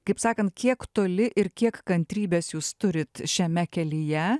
kaip sakant kiek toli ir kiek kantrybės jūs turit šiame kelyje